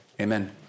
Amen